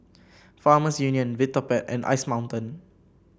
Farmers Union Vitapet and Ice Mountain